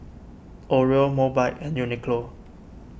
Oreo Mobike and Uniqlo